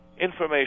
Information